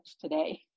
today